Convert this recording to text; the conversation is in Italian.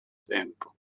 tempo